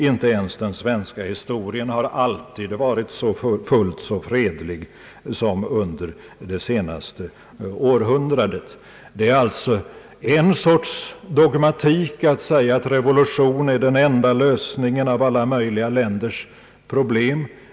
Inte ens den svenska historien har alltid varit fullt så fredlig som under det senaste århundradet. Det är således en typ av dogmatik att säga att revolution är den enda lösningen av alla möjliga länders problem.